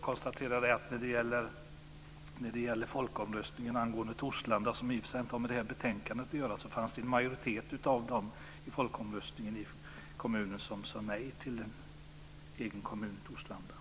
Fru talman! Folkomröstningen om Torslanda har i och för sig inte med det här betänkandet att göra. Men vi kan konstatera att en majoritet av de som röstade i folkomröstningen i kommunen sade nej till en egen kommun i Torslanda.